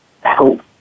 help